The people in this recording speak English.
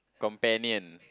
companion